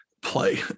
play